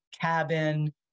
cabin